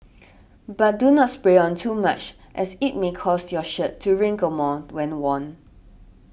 but do not spray on too much as it may cause your shirt to wrinkle more when worn